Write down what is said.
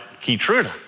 Keytruda